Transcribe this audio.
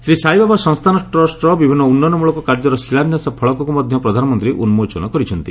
ଶ୍ରୀସାଇବାବା ସଂସ୍ଥାନ ଟ୍ରଷ୍ଟର ବିଭିନ୍ନ ଉନ୍ନୟନମଳକ କାର୍ଯ୍ୟର ଶିଳାନ୍ୟାସ ଫଳକକୁ ମଧ୍ୟ ପ୍ରଧାନମନ୍ତ୍ରୀ ଉନ୍ମୋଚନ କରିଛନ୍ତି